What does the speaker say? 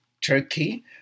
Turkey